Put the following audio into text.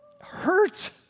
hurt